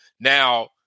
Now